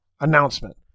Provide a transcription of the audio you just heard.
Announcement